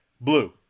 Blue